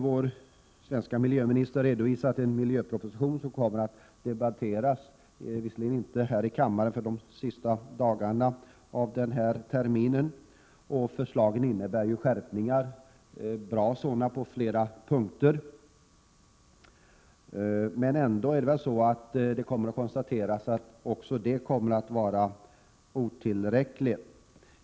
Vår svenska miljöminister har redovisat en miljöproposition som visserligen inte kommer att debatteras här i kammaren förrän de sista dagarna av detta riksmöte — och förslagen innebär ju skärpningar, bra sådana på flera punkter — men ändå kan det väl konstateras att även de föreslagna skärpningarna kommer att vara otillräckliga.